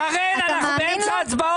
אתה מאמין לו?